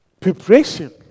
Preparation